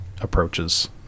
approaches